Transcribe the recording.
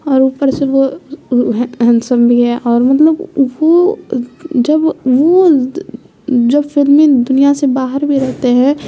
اور اوپر سے وہ ہینسم بھی ہے اور مطلب وہ جب وہ جب فلمی دنیا سے باہر بھی رہتے ہیں